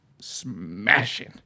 Smashing